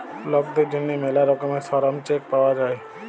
লকদের জ্যনহে ম্যালা রকমের শরম চেক পাউয়া যায়